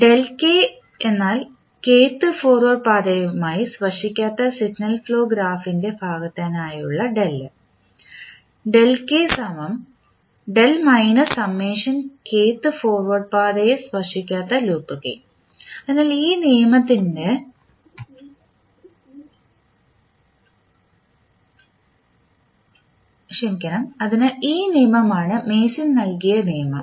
kth forward പാതയുമായി സ്പർശിക്കാത്ത signal flow ഗ്രാഫിൻറെ ഭാഗത്തിനായുള്ള ഫോർവേഡ് പാതയെ സ്പർശിക്കാത്ത ലെ ലൂപ്പ് ഗേയിൻ അതിനാൽ ഈ നിയമമാണ് മേസൺ നൽകിയ നിയമം